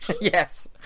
Yes